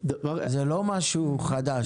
זה לא דבר חדש.